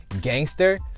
gangster